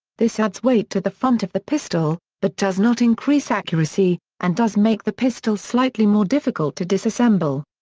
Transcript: this adds weight to the front of the pistol, but does not increase accuracy, and does make the pistol slightly more difficult to disassemble.